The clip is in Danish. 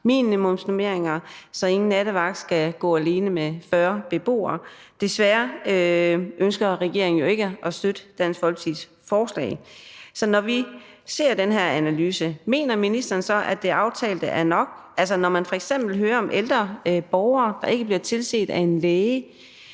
minimumsnormeringer, så ingen nattevagt skal gå alene med 40 beboere. Desværre ønsker regeringen jo ikke at støtte Dansk Folkepartis forslag. Så når vi ser på den her analyse, mener ministeren så, at det aftalte er nok, altså når man f.eks. hører om ældre borgere, der ikke bliver tilset af en læge,